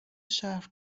شهر